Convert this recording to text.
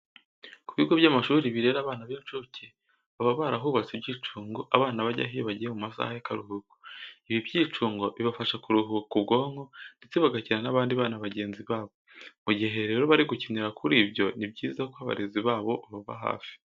Ku bigo by'amashuri birera abana b'incuke baba barahubatse ibyicungo abana bajyaho iyo bagiye mu masaha y'akaruhuko. Ibi byicungo bibafasha kuruhura ubwonko ndetse bagakina n'abandi bana bagenzi babo. Mu gihe rero bari gukinira kuri byo, ni byiza ko abarezi babo baba hafi.